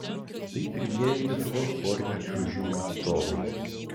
tai pirmieji lietuvos porinio čiuožimo atstovai